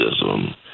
racism